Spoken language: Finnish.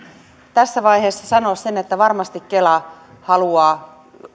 tässä vaiheessa sanoa että varmasti kela haluaa